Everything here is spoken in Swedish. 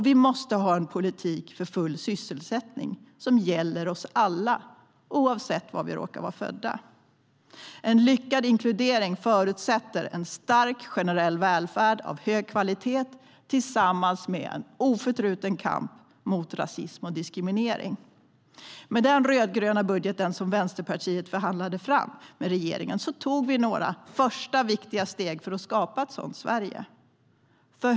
Vi måste också ha en politik för full sysselsättning som gäller oss alla, oavsett var vi råkar vara födda. En lyckad inkludering förutsätter en stark generell välfärd av hög kvalitet tillsammans med en oförtruten kamp mot rasism och diskriminering. Med den rödgröna budget som Vänsterpartiet förhandlade fram med regeringen tog vi några första viktiga steg för att skapa ett sådant Sverige.